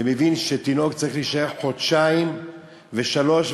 ומבין שתינוק צריך להישאר חודשיים ושלושה,